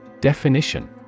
Definition